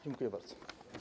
Dziękuję bardzo.